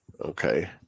Okay